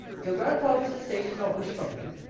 your grandfather's estate is not wished from you.